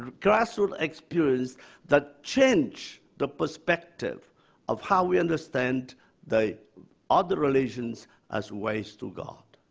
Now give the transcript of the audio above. grassroot experience that changed the perspective of how we understand the other religions as ways to god.